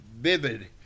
vivid